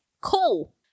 Cool